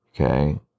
Okay